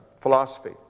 philosophy